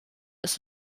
ist